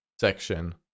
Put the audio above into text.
section